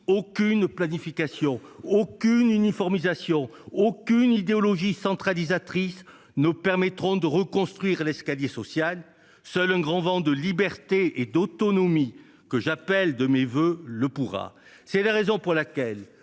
aucune planification, aucune uniformisation, aucune idéologie centralisatrice ne permettront de reconstruire l’escalier social. Seul le pourra un grand vent de liberté et d’autonomie, que j’appelle de mes vœux. Pour cette raison, le